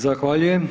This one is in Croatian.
Zahvaljujem.